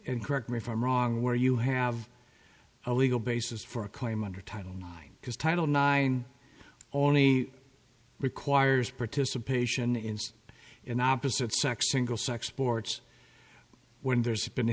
and correct me if i'm wrong where you have a legal basis for a claim under title nine because title nine only requires participation in an opposite sex single sex sports when there's been a